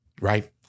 right